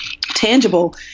tangible